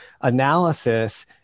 analysis